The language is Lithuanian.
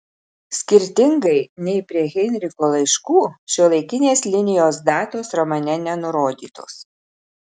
skirtingai nei prie heinricho laiškų šiuolaikinės linijos datos romane nenurodytos